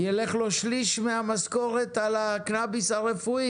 יילך לו שליש מהמשכורת על קנביס הרפואי.